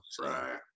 right